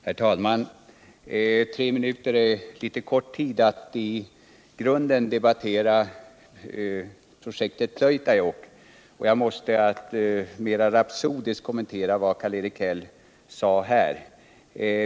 Herr talman! Tre minuter är för kort tid för att i grunden kunna debattera projektet Pleutajokk. och jag måste därför mera rapsodiskt kommentera Karl Erik Hälls uttalande.